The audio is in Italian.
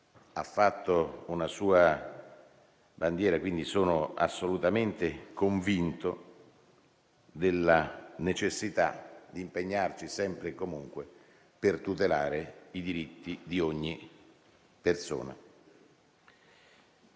ha fatto una sua bandiera. Quindi, sono assolutamente convinto della necessità di impegnarci sempre e comunque per tutelare i diritti di ogni persona.